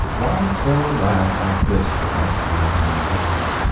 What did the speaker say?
why throw a rag like this to us ravening wolves?